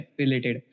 related